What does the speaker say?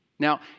Now